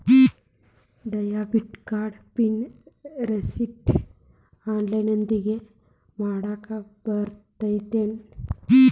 debit card pin ರಿಸೆಟ್ನ ಆನ್ಲೈನ್ದಗೂ ಮಾಡಾಕ ಬರತ್ತೇನ್